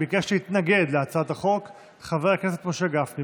ביקש להתנגד להצעת החוק חבר הכנסת משה גפני.